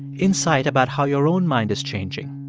insight about how your own mind is changing.